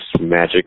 magic